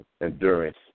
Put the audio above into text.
endurance